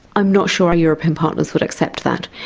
i'm not sure our european partners would accept that.